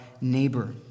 neighbor